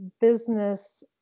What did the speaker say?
business